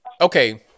Okay